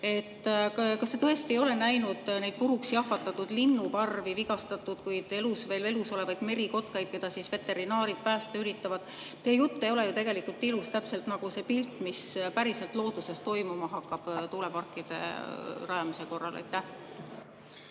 Kas te tõesti ei ole näinud neid puruks jahvatatud linnuparvi, vigastatud, kuid veel elus olevaid merikotkaid, keda veterinaarid päästa üritavad? Teie jutt ei ole tegelikult ilus, täpselt nagu see pilt, mis avaneb päriselt looduses tuuleparkide rajamise korral.